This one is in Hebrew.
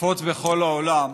שנפוץ בכל העולם,